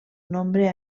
nombre